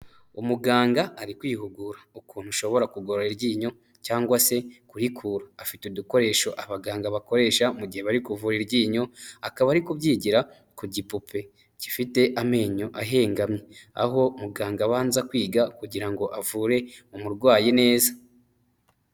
Umuganga ari kwihugura ukuntu ushobora kugorora iryinyo cyangwa se kurikura. Afite udukoresho abaganga bakoresha mu gihe bari kuvura iryinyo akaba ari kubyigira ku gipupe gifite amenyo ahengamye, aho muganga abanza kwiga kugira ngo avure umurwayi neza.